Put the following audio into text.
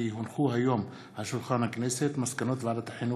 כי הונחו היום על שולחן הכנסת מסקנות ועדת החינוך,